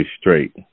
straight